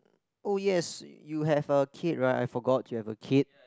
oh yes you have a kid right I forgot you have a kid